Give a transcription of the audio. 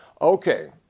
Okay